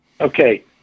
Okay